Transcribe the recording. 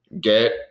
Get